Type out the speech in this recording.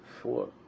four